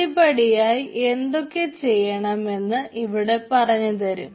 പടിപടിയായി എന്തൊക്കെ ചെയ്യണമെന്ന് ഇവിടെ പറഞ്ഞുതരും